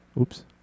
Oops